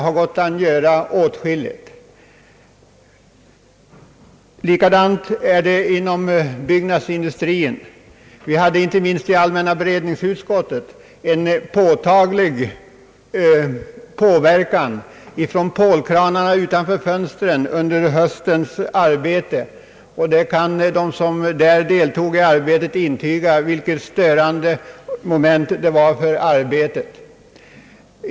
Detsamma är förhållandet inom byggnadsindustrin — i allmänna beredningsutskottet hade vi känning härav under höstens arbete genom pålkranarna utanför fönstren, och de som deltog i arbetet kan intyga hur störande det verkade.